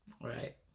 right